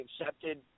accepted